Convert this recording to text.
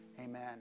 Amen